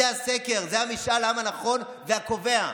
זה הסקר, זה משאל העם הנכון והקובע.